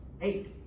eight